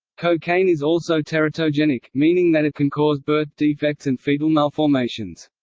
cocaine is also teratogenic, meaning that it can cause birth defects and fetal malformations.